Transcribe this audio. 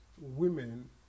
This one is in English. women